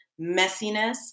messiness